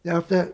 then after that